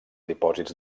dipòsits